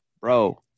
bro